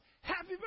Happy